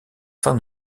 fin